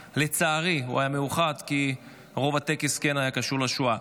לצערי הוא היה מיוחד כי רוב הטקס כן היה קשור לשואה.